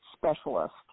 specialist